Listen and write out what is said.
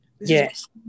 Yes